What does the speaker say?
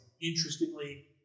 interestingly